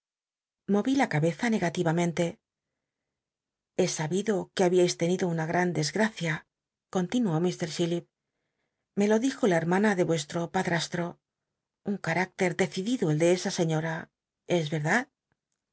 lfori la cabeza ncgatiamenlc he sabido que habíais tenido una gmn desgracia continuó mr chillip me lo dijo la hermana de vuestro padrastro un c mictcr decidido el de esa scíiora es erdad